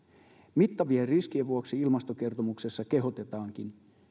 mittavien riskien vuoksi ilmastokertomuksessa kehotetaankin